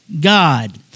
God